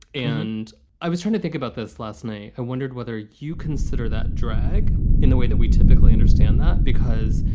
and i was trying to think about this last night. i wondered whether you consider that drag in the way that we typically understand that, because